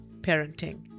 parenting